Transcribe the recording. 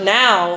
now